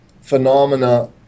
phenomena